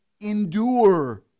endure